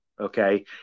Okay